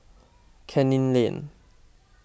Canning Lane